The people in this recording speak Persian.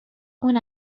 اون